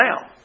now